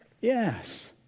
Yes